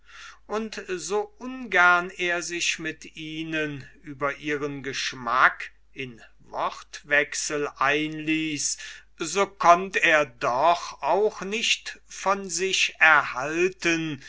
und so ungern er sich mit ihnen über ihren geschmack in wortwechsel einließ so konnt'er doch auch nicht von sich erhalten